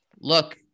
look